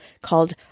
called